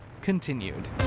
continued